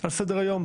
על סדר-היום,